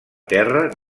terra